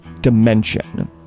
dimension